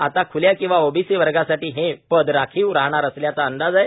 आता खुल्या किंवा ओबीसी वर्गासाठी हे पद राखीव राहणार असल्याचा अंदाज आहे